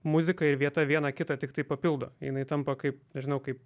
muzika ir vieta viena kitą tiktai papildo jinai tampa kaip žinau kaip